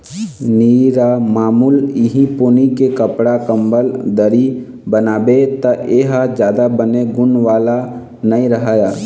निरमामुल इहीं पोनी के कपड़ा, कंबल, दरी बनाबे त ए ह जादा बने गुन वाला नइ रहय